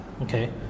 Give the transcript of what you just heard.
Okay